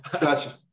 Gotcha